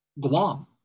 Guam